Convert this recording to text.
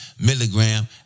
milligram